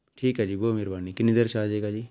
ਠੀਕ ਹੈ ਜੀ ਬਹੁਤ ਮਿਹਰਬਾਨੀ ਕਿੰਨੀ ਦੇਰ 'ਚ ਆ ਜਾਵੇਗਾ ਜੀ